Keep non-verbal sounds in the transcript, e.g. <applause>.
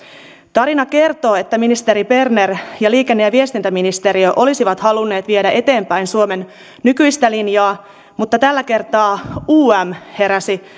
tarina kertoo että ministeri berner ja liikenne ja viestintäministeriö olisivat halunneet viedä eteenpäin suomen nykyistä linjaa mutta tällä kertaa um heräsi <unintelligible>